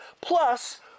plus